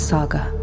Saga